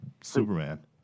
Superman